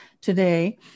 today